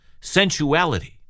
Sensuality